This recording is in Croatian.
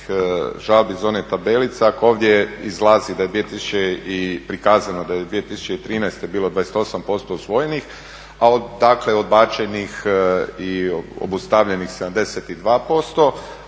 žalbi za one tabelice. Ako ovdje izlazi da je prikazano da je 2013. bilo 28% usvojenih, a dakle odbačenih i obustavljenih 72%,